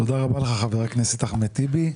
תודה רבה לך חבר הכנסת אחמד טיבי.